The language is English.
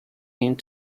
aimed